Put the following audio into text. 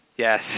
Yes